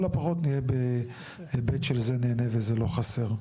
הפחות נהיה בהיבט של זה נהנה וזה לא חסר,